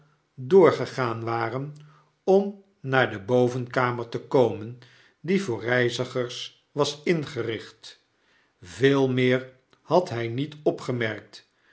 doorgegaan waren om naar de bovenkamer te komen die voor reizigers was ingerichlveel meer had hy niet opgemerkt